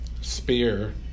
spear